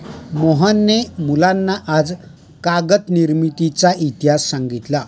मोहनने मुलांना आज कागद निर्मितीचा इतिहास सांगितला